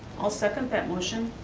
i'll second that motion.